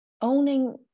owning